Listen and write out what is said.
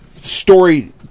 story